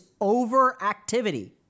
overactivity